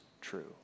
true